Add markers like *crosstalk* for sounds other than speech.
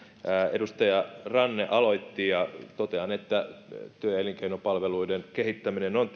edustaja ranne aloitti ja totean että työ ja elinkeinopalveluiden kehittäminen on *unintelligible*